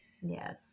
Yes